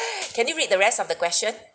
can you read the rest of the question